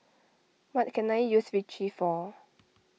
what can I use Vichy for